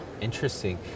Interesting